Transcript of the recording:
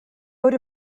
would